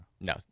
No